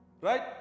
Right